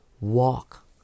walk